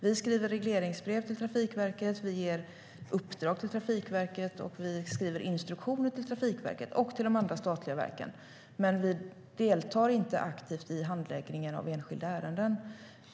Vi skriver regleringsbrev till Trafikverket. Vi ger uppdrag till Trafikverket. Vi skriver också instruktioner till Trafikverket och till de andra statliga verken. Men vi deltar inte aktivt i handläggningen av enskilda ärenden.